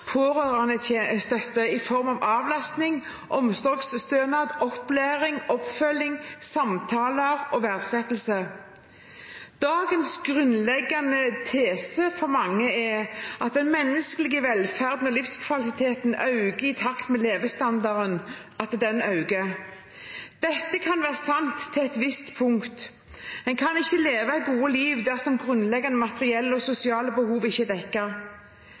i form av avlastning, omsorgsstønad, opplæring, oppfølging, samtaler og verdsettelse. Dagens grunnleggende tese for mange er at den menneskelige velferd og livskvalitet øker i takt med at levestandarden økes. Dette kan være sant til et visst punkt, en kan ikke leve gode liv dersom grunnleggende materielle og sosiale behov ikke